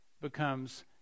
becomes